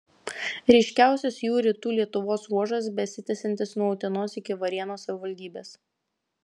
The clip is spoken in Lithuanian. ryškiausias jų rytų lietuvos ruožas besitęsiantis nuo utenos iki varėnos savivaldybės